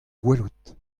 gwelet